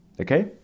Okay